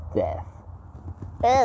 death